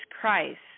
Christ